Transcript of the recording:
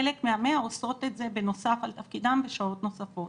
חלק מה-100 עושות את זה בנוסף על תפקידן בשעות נוספות.